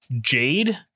jade